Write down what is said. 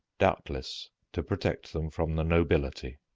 doubtless to protect them from the nobility.